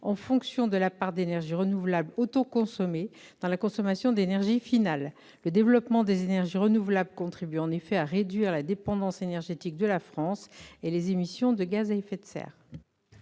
en fonction de la part d'énergies renouvelables autoconsommées dans la consommation d'énergie finale. Le développement des énergies renouvelables contribue en effet à réduire la dépendance énergétique de la France et les émissions de gaz à effet de serre.